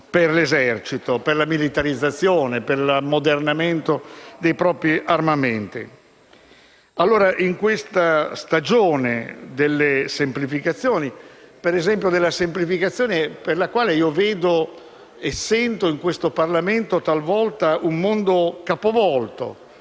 per l'esercito, per la militarizzazione, per l'ammodernamento dei propri armamenti. In questa stagione delle semplificazioni, come la semplificazione per la quale talvolta io vedo e sento, in questo Parlamento, un mondo capovolto,